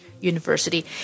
University